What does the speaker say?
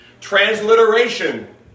Transliteration